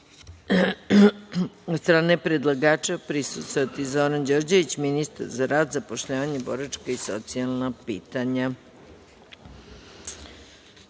od strane predlagača prisustvovati Zoran Đorđević, ministar za rad, zapošljavanje, boračka i socijalna pitanja. Molim